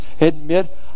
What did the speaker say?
Admit